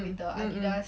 mm mm